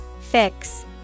Fix